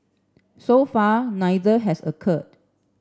so far neither has occurred